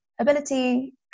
ability